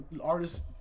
artists